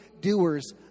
doers